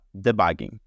debugging